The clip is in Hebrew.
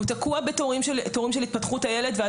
הוא תקוע בתורים של התפתחות הילד.